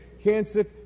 cancer